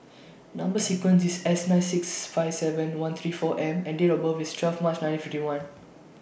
Number sequence IS S nine six five seven one three four M and Date of birth IS twelve March nineteen fifty one